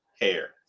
hair